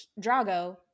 Drago